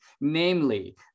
namely